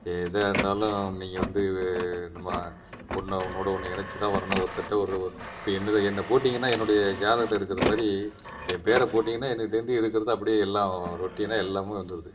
எதாயிருந்தாலும் நீங்கள் வந்து நம்ம ஒன்று ஒன்றோட ஒன்று இணைத்து தான் வரணும் ஒருத்தர்ட்ட ஒரு ஒரு இப்போ என்னுது என்ன போட்டிங்க என்னுடைய ஜாதகத்தை எடுக்கிற மாதிரி என் பேரை போட்டிங்கன்னா என்கிட்டேருந்து இருக்கிறது அப்படியே எல்லாம் ரொட்டினாக எல்லாம் வந்துடுது